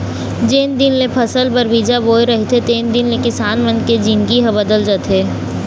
जेन दिन ले फसल बर बीजा बोय रहिथे तेन दिन ले किसान मन के जिनगी ह बदल जाथे